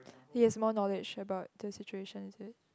he has more knowledge about this situation is it